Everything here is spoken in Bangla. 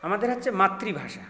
আমাদের হচ্ছে মাতৃভাষা